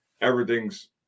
everything's